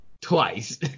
Twice